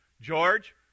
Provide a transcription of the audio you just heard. George